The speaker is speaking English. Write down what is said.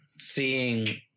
seeing